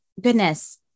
goodness